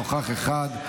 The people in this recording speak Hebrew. נוכח אחד.